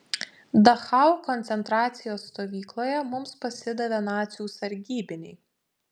dachau koncentracijos stovykloje mums pasidavė nacių sargybiniai